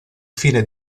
fine